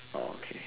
orh okay